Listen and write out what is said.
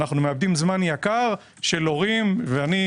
אנו מאבדים זמן יקר של הורים ואני